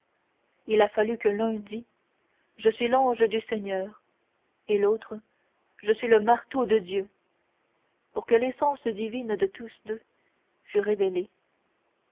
il a fallu que l'un dit je suis l'ange du seigneur et l'autre je suis le marteau de dieu pour que l'essence divine de tous deux fût révélée